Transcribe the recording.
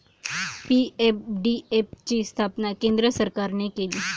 PFDF ची स्थापना केंद्र सरकारने केली